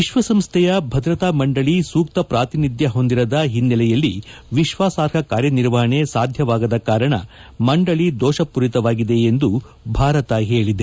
ವಿಶ್ವಸಂಸೈಯ ಭದ್ರತಾ ಮಂಡಲಿ ಸೂಕ್ತ ಪ್ರಾತಿನಿಧ್ಯ ಹೊಂದಿರದ ಹಿನ್ನೆಲೆಯಲ್ಲಿ ವಿಶ್ವಾಸಾರ್ಹ ಕಾರ್ಯನಿರ್ವಹಣೆ ಸಾಧ್ಯವಾಗದ ಕಾರಣ ಮಂಡಲಿ ದೋಷಪೂರಿತವಾಗಿದೆ ಎಂದು ಭಾರತ ಹೇಳಿದೆ